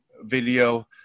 video